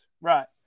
Right